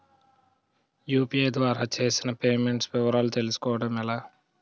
UPI ద్వారా చేసిన payments వివరాలు తెలుసుకోవటం ఎలా?